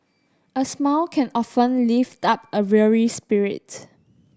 a smile can often lift up a weary spirit